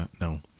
No